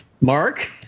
mark